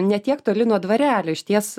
ne tiek toli nuo dvarelio išties